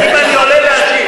אם אני עולה להשיב?